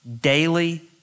daily